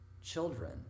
children